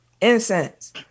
Incense